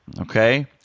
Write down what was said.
Okay